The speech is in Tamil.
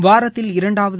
வாரத்தில் இரண்டாவது